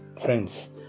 friends